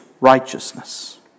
righteousness